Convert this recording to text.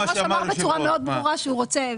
היושב ראש אמר בצורה מאוד ברורה שהוא רוצה,